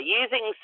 using